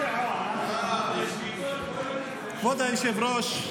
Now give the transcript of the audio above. כבוד היושב-ראש,